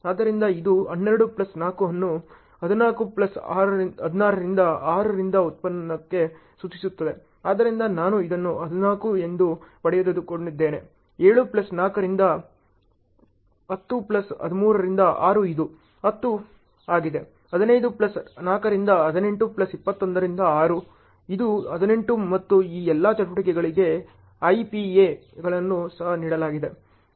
ಆದ್ದರಿಂದ ಇದು 12 ಪ್ಲಸ್ 4 ಅನ್ನು 14 ಪ್ಲಸ್ 16 ರಿಂದ 6 ರಿಂದ ಉತ್ಖನನಕ್ಕೆ ಸೂಚಿಸುತ್ತದೆ ಆದ್ದರಿಂದ ನಾನು ಇದನ್ನು 14 ಎಂದು ಪಡೆದುಕೊಂಡಿದ್ದೇನೆ 7 ಪ್ಲಸ್ 4 ರಿಂದ 10 ಪ್ಲಸ್ 13 ರಿಂದ 6 ಇದು 10 ಆಗಿದೆ 15 ಪ್ಲಸ್ 4 ರಿಂದ 18 ಪ್ಲಸ್ 21 ರಿಂದ 6 ಇದು 18 ಮತ್ತು ಈ ಎಲ್ಲಾ ಚಟುವಟಿಕೆಗಳಿಗೆ ಐಪಿಎIPA ಗಳನ್ನು ಸಹ ನೀಡಲಾಗಿದೆ